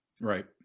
Right